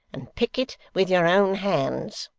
and pick it with your own hands